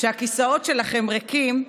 שהכיסאות שלכם ריקים,